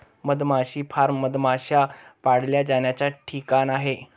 मधमाशी फार्म मधमाश्या पाळल्या जाण्याचा ठिकाण आहे